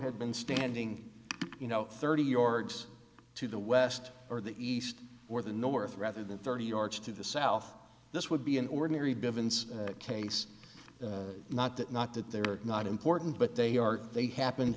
had been standing you know thirty yards to the west or the east or the north rather than thirty yards to the south this would be an ordinary bivins case not that not that there are not important but they are they happen